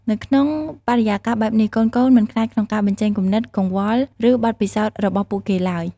នៅក្នុងបរិយាកាសបែបនេះ កូនៗមិនខ្លាចក្នុងការបញ្ចេញគំនិត កង្វល់ ឬបទពិសោធន៍របស់ពួកគេឡើយ។